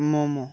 momo